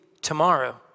tomorrow